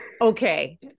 Okay